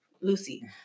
Lucy